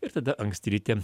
ir tada anksti ryte